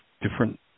different